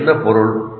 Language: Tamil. இதற்கு என்ன பொருள்